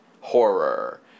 horror